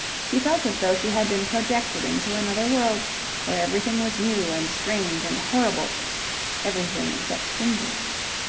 she felt as though she had been projected into another world where everything was new and strange and horrible everything except ginger.